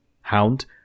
Hound